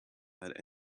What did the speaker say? had